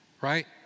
right